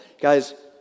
Guys